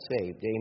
saved